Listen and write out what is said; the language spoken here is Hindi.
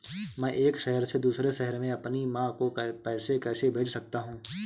मैं एक शहर से दूसरे शहर में अपनी माँ को पैसे कैसे भेज सकता हूँ?